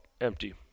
empty